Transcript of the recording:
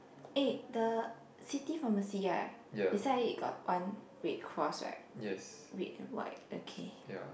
eh the city pharmacy right beside it got one red cross right r~ red and white okay